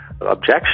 objection